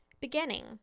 beginning